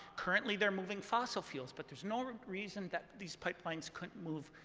currently, they're moving fossil fuels. but there's no real reason that these pipelines couldn't move